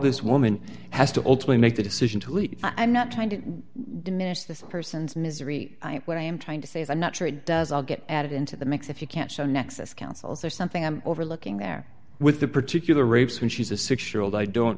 this woman has to ultimately make the decision to leave i'm not trying to diminish this person's misery i am what i am trying to say i'm not sure it does i'll get added into the mix if you can't show nexus counsels or something i'm overlooking there with the particular rapes when she's a six year old i don't